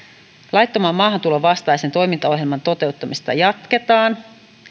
laittoman maahantulon vastaisen toimintaohjelman toteuttamista jatketaan